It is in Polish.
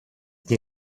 nie